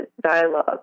dialogue